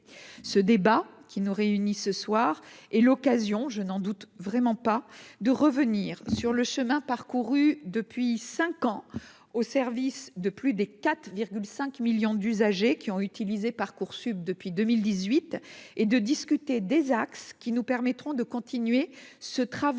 ce débat qui nous réunit, ce soir, et l'occasion, je n'en doute, vraiment pas de revenir sur le chemin parcouru depuis 5 ans au service de plus des 4 5 millions d'usagers qui ont utilisé Parcoursup depuis 2018 et de discuter des axes qui nous permettront de continuer ce travail